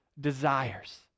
desires